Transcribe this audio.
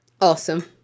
Awesome